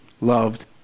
loved